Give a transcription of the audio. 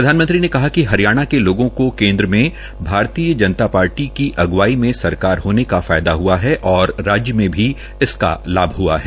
प्रधानमंत्री ने कहा कि हरियाणा के लोगों को केन्द्र में भारतीय जनता पार्टी के अग्वाई में सरकार होने का फायदा हआ है और राज्य में भी इसका लाभ हआ है